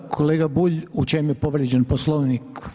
Kolega Bulj, u čemu je povrijeđen Poslovnik?